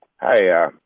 Hi